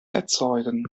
erzeugen